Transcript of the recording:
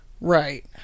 Right